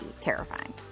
terrifying